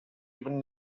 even